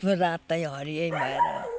रातै हरियै भएर